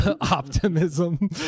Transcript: optimism